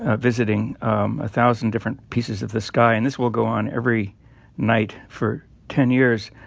ah visiting um a thousand different pieces of the sky. and this will go on every night for ten years,